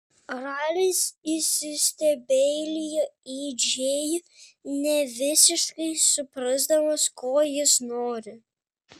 ralis įsistebeilijo į džėjų nevisiškai suprasdamas ko jis nori